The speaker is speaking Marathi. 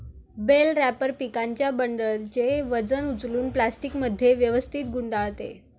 बेल रॅपर पिकांच्या बंडलचे वजन उचलून प्लास्टिकमध्ये व्यवस्थित गुंडाळते